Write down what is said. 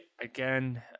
again